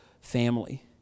family